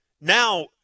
now